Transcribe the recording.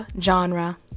genre